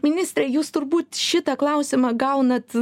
ministre jūs turbūt šitą klausimą gaunat